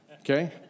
Okay